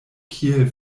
kiel